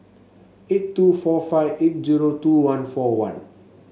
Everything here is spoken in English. eight two four five eight zero two one four one